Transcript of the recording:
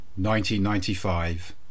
1995